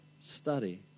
study